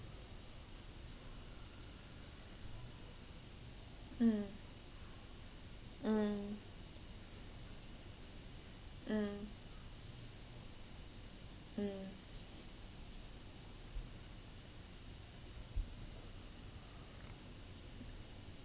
mm mm mm mm